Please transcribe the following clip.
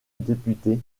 député